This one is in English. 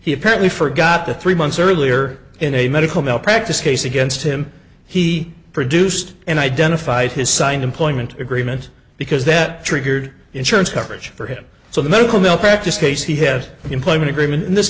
he apparently forgot the three months earlier in a medical malpractise case against him he produced and identified his signed employment agreement because that triggered insurance coverage for him so the medical malpractise case he had employment agreement in this